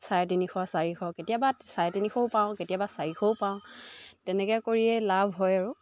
চাৰে তিনিশ চাৰিশ কেতিয়াবা চাৰে তিনিশও পাওঁ কেতিয়াবা চাৰিশও পাওঁ তেনেকৈ কৰিয়েই লাভ হয় আৰু